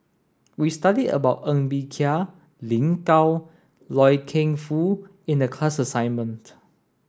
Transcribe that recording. we studied about Ng Bee Kia Lin Gao Loy Keng Foo in the class assignment